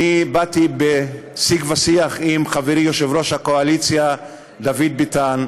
אני באתי בשיג ושיח עם חברי יושב-ראש הקואליציה דוד ביטן,